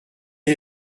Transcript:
est